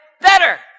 better